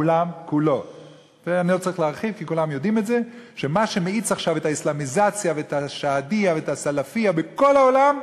סעיף 12 לאמנה קובע במפורש,